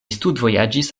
studvojaĝis